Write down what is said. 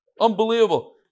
Unbelievable